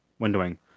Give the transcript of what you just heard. windowing